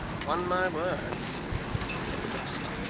upon my word said the guest,